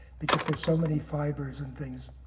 because there's so many fibers and things.